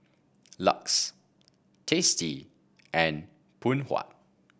Lux Tasty and Phoon Huat